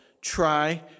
try